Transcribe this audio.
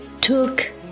took